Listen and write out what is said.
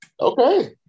Okay